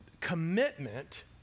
commitment